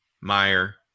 Meyer